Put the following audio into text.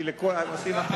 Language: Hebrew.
כי לכל הנושאים האחרים,